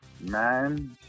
Man